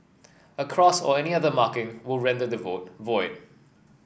a cross or any other marking will render the vote void